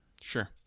Sure